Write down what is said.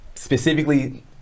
Specifically